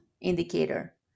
indicator